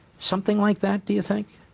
something like that, do you think?